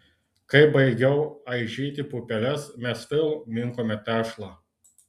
kai baigiau aižyti pupeles mes vėl minkome tešlą